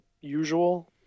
usual